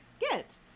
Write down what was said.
get